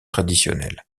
traditionnels